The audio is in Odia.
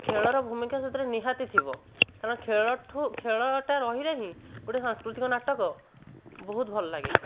ଖେଳର ଭୂମିକା ସେଥିରେ ନିହାତି ଥିବ କାରଣ ଖେଳ ଠାରୁ ଖେଳଟା ରହିଲେ ହିଁ ଗୋଟିଏ ସାଂସ୍କୃତିକ ନାଟକ ବହୁତ ଭଲ ଲାଗେ